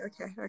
okay